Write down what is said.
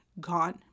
gone